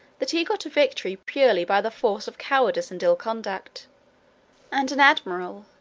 that he got a victory purely by the force of cowardice and ill conduct and an admiral,